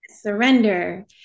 surrender